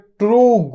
true